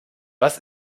was